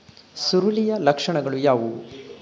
ಸುರುಳಿಯ ಲಕ್ಷಣಗಳು ಯಾವುವು?